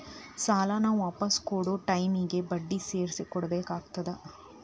ಸಾಲಾನ ವಾಪಿಸ್ ಕೊಡೊ ಟೈಮಿಗಿ ಬಡ್ಡಿ ಸೇರ್ಸಿ ಕೊಡಬೇಕಾಗತ್ತಾ